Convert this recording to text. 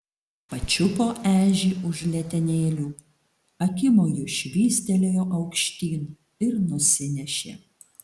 pačiupo ežį už letenėlių akimoju švystelėjo aukštyn ir nusinešė